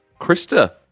Krista